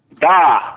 Da